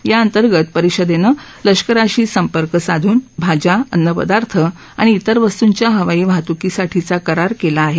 याअंतर्गत परिषदेनं लष्कराशी संपर्क साधून भाज्या अन्नपदार्थ आणि इतर वस्तूंच्या हवाई वाहत्कीसाठीचा करार केला आहे